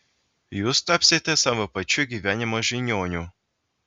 jūs tapsite savo pačių gyvenimo žiniuoniu